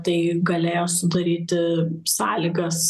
tai galėjo sudaryti sąlygas